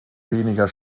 weniger